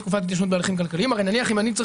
תקופת ההתיישנות בהליכים כלכליים הרי אם אני צריך